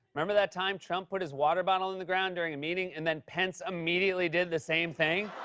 remember that time trump put his water bottle on the ground during a meeting and then pence immediately did the same thing?